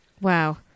wow